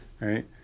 right